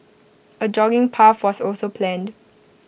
A jogging path was also planned